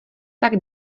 tak